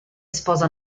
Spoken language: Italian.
sposa